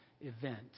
event